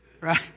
right